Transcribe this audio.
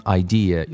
idea